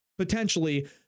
Potentially